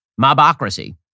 mobocracy